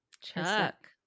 Chuck